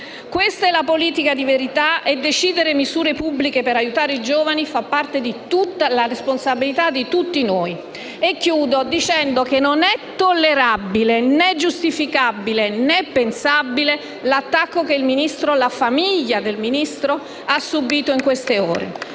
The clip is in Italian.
Questa è una politica di verità, e decidere misure pubbliche per aiutare i giovani fa parte della responsabilità di tutti. Concludo dicendo che non è tollerabile, né giustificabile, né pensabile l'attacco che il Ministro e la famiglia del Ministro hanno subito in queste ore.